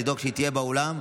לדאוג שהיא תהיה באולם.